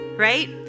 right